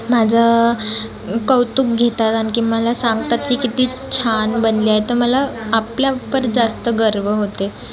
माझं कौतुक घेतात आणखी मला सांगतात की किती छान बनली आहे तर मला आपल्या उपर जास्त गर्व होते